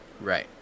Right